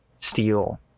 steel